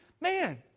Man